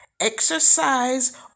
exercise